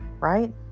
right